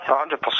100%